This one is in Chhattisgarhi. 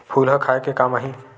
फूल ह खाये के काम आही?